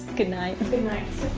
goodnight. and goodnight.